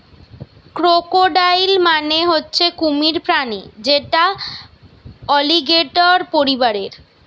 crocodile মানে হচ্ছে কুমির প্রাণী যেটা অলিগেটের পরিবারের